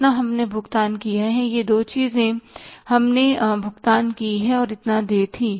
इतना हमने भुगतान किया है यह दो चीजें हमने भुगतान की है और इतना देय थी